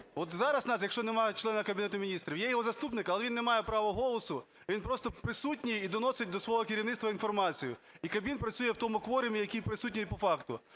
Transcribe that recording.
От зараз у нас, якщо немає члену Кабінету Міністрів, є його заступник, але він немає права голосу. Він просто присутній і доносить до свого керівництва інформацію, і Кабмін працює в тому кворумі, який присутній по факту.